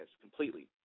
completely